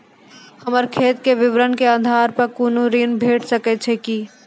हमर खाता के विवरण के आधार प कुनू ऋण भेट सकै छै की?